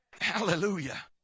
Hallelujah